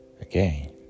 again